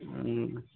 ಹ್ಞೂ